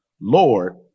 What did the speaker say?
Lord